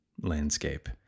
landscape